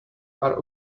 are